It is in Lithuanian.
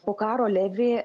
po karo levi